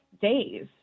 days